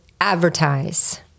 advertise